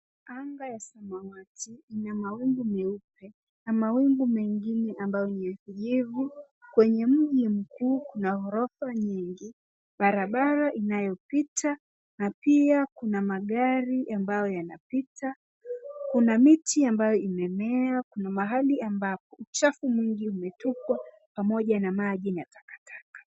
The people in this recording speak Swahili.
Angaa ya samawati ina mawingu meupe na mawingu mengine ambayo ni nyefu nyefu, kwenye mji mkuu kuna orofa nyingi, barabara inaopita na pia kuna magari ambayo yanapita, kuna miti ambayo imemea kuna mahali ambapo uchafu mingi umetupwa pamoja na maji na takataka.